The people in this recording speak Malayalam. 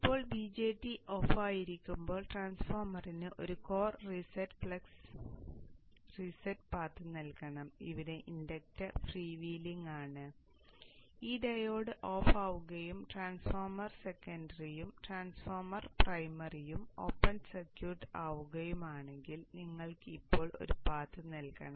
ഇപ്പോൾ BJT ഓഫായിരിക്കുമ്പോൾ ട്രാൻസ്ഫോർമറിന് ഒരു core reset flux reset path നൽകണം ഇവിടെ ഇൻഡക്ടർ ഫ്രീ വീലിംഗ് ആണ് ഈ ഡയോഡ് ഓഫ് ആവുകയും ട്രാൻസ്ഫോർമർ സെക്കൻഡറിയും ട്രാൻസ്ഫോർമർ പ്രൈമറിയും ഓപ്പൺ സർക്യൂട്ട് ആവുകയുമാണെങ്കിൽ നിങ്ങൾ ഇപ്പോൾ ഒരു പാത്ത് നൽകണം